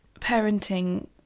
parenting